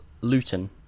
Luton